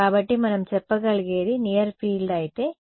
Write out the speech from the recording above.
కాబట్టి మనం చెప్పగలిగేది నియర్ ఫీల్డ్ అయితే kr 1